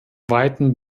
weiten